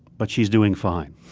but she's doing fine.